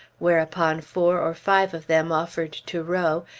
whereupon four or five of them offered to row,